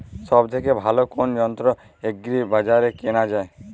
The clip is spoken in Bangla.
সব থেকে ভালো কোনো যন্ত্র এগ্রি বাজারে কেনা যায়?